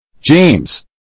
James